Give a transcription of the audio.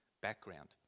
background